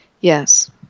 Yes